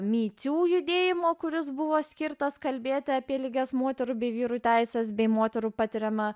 micių judėjimo kuris buvo skirtas kalbėti apie lygias moterų bei vyrų teises bei moterų patiriamą